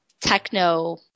techno